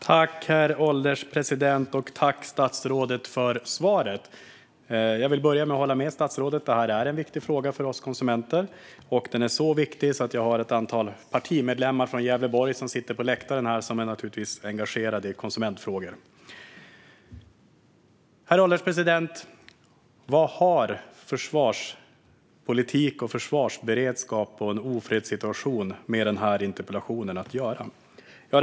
Herr ålderspresident! Tack, statsrådet, för svaret! Jag vill börja med att hålla med statsrådet om att det här är en viktig fråga för oss konsumenter. Den är så viktig att jag har med mig ett antal partimedlemmar från Gävleborg som sitter på läktaren och som naturligtvis är engagerade i konsumentfrågor. Herr ålderspresident! Vad har försvarspolitik, försvarsberedskap och en ofredssituation med den här interpellationen att göra?